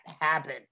happen